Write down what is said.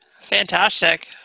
Fantastic